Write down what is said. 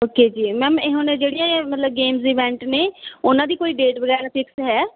okay ਜੀ ma'am ਇਹ ਹੁਣ ਜਿਹੜੀਆਂ ਮਤਲਬ ਗੇਮਜ਼ ਇਵੈਂਟ ਨੇ ਉਹਨਾਂ ਦੀ ਕੋਈ ਡੇਟ ਵਗੈਰਾ ਫਿਕਸ ਹੈ